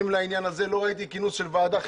לעניין הזה ולא ראיתי כינוס דחוף של ועדה.